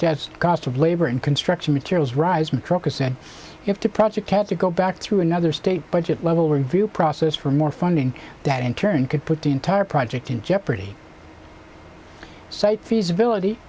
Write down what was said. that's cost of labor and construction materials rising truckers said you have to project had to go back through another state budget level review process for more funding that in turn could put the entire project in jeopardy site feasibility